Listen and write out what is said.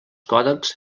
còdecs